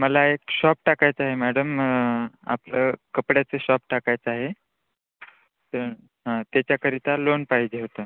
मला एक शॉप टाकायचं आहे मॅडम आपलं कपड्याचं शॉप टाकायचं आहे हा त्याच्याकरिता लोन पाहिजे होतं